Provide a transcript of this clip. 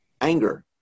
anger